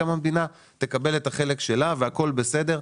גם המדינה תקבל את החלק שלה והכול בסדר.